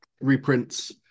reprints